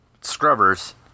scrubbers